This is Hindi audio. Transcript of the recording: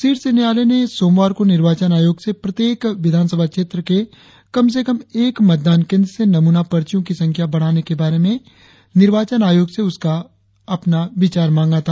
शीर्ष न्यायालय ने सोमवार को निर्वाचन आयोग से प्रत्येक विधानसभा क्षेत्र के कम से कम एक मतदान केंद्र से नमूना पर्चियो की संख्या बढ़ाने के बारे में निर्वाचन आयोग से उसका अपना विचार मांगा था